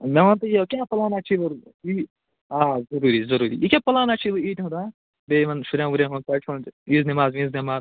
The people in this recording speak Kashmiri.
مےٚ ونتہٕ یہِ کیٛاہ پٕلانہ چھُے آ ضُروٗری ضُروٗری یہِ کیٛاہ پٕلانہ چھُے وۄنۍ عیٖدِ ہُنٛد بیٚیہِ یِمن شُریٚن وُریٚن ہُنٛد کٲشٕر پٲٹھۍ عیٖذ ویٖذ نیٚماز